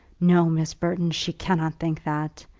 no, miss burton she cannot think that.